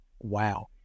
Wow